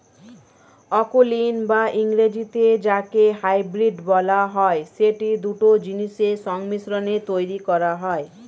অকুলীন বা ইংরেজিতে যাকে হাইব্রিড বলা হয়, সেটি দুটো জিনিসের সংমিশ্রণে তৈরী করা হয়